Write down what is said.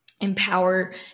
empower